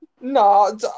No